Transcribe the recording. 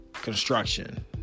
construction